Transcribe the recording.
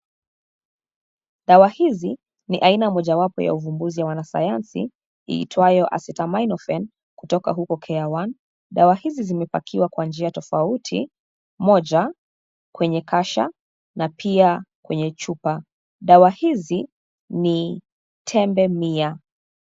Dawa hizi ni aina mojawapo ya uvumbuzi ya wanasayansi iitwayo Acetaminophen kutoka huko Careone. Dawa hizi zimepakiwa kwa aina tofauti, moja kwenye kasha na pia kwenye chupa. Dawa hizi ni tembe mia.